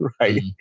right